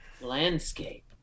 landscape